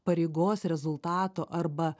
pareigos rezultato arba